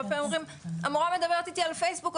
הרבה פעמים אומרים המורה מדברת איתי על פייסבוק,